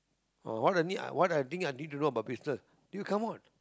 uh what are the need what are the thing I need to know about business it will come out